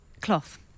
cloth